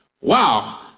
wow